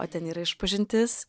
o ten yra išpažintis